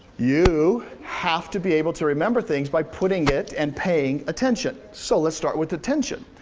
you have to be able to remember things by putting it and paying attention. so let's start with attention.